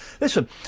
Listen